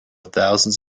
thousands